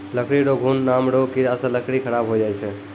लकड़ी रो घुन नाम रो कीड़ा से लकड़ी खराब होय जाय छै